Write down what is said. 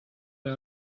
out